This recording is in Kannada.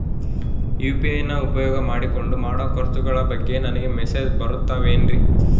ಯು.ಪಿ.ಐ ನ ಉಪಯೋಗ ಮಾಡಿಕೊಂಡು ಮಾಡೋ ಖರ್ಚುಗಳ ಬಗ್ಗೆ ನನಗೆ ಮೆಸೇಜ್ ಬರುತ್ತಾವೇನ್ರಿ?